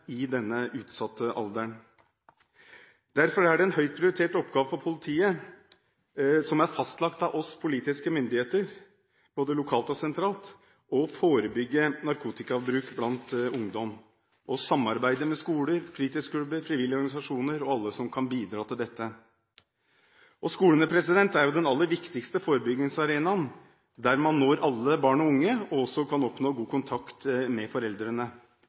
er det en høyt prioritert oppgave for politiet – en oppgave som er fastlagt av oss, politiske myndigheter, både lokalt og sentralt – å forebygge narkotikabruk blant ungdom, å samarbeide med skoler, fritidsklubber, frivillige organisasjoner og alle som kan bidra til dette. Skolene er jo den aller viktigste forebyggingsarenaen, der man når alle barn og unge, og der man også kan oppnå god kontakt med foreldrene.